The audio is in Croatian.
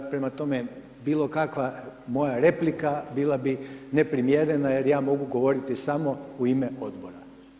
Prema tome, bilo kakva moja replika bila bi neprimjerena jer ja mogu govoriti samo u ime odbora.